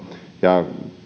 ja